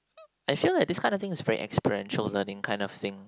I feel like this kind of thing is very experiential learning kind of thing